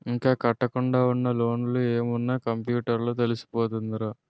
ఇంకా కట్టకుండా ఉన్న లోన్లు ఏమున్న కంప్యూటర్ లో తెలిసిపోతదిరా